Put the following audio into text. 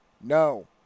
no